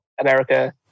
America